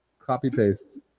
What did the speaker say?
Copy-paste